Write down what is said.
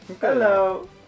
Hello